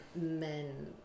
men